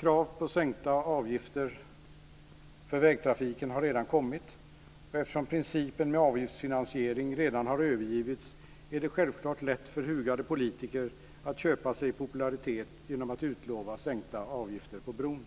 Krav på sänkta avgifter för vägtrafiken har redan kommit. Eftersom principen med avgiftsfinansiering redan har övergivits är det självklart lätt för hugade politiker att köpa sig popularitet genom att utlova sänkta avgifter på bron.